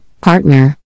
partner